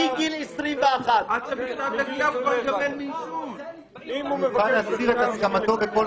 מגיל 21. ממילא הוא יוכל להסיר את עצמו.